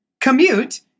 Commute